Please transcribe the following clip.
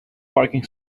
parking